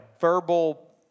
verbal